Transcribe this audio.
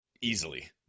easily